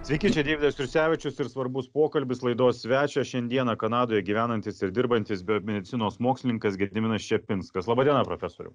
sveiki čia deividas trusevičius ir svarbus pokalbis laidos svečias šiandieną kanadoje gyvenantis ir dirbantis biomedicinos mokslininkas gediminas čepinskas laba diena profesoriau